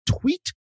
tweet